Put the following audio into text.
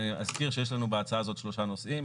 אני אזכיר שיש לנו בהצעה הזאת שלושה נושאים,